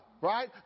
Right